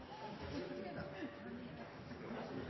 jeg kan